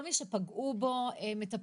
מי שנפגע מטופל?